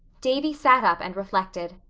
davy sat up and reflected.